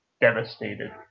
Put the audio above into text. devastated